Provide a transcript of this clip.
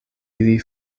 ili